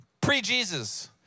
pre-Jesus